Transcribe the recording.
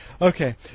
Okay